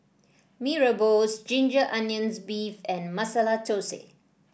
Mee Rebus Ginger Onions beef and Masala Thosai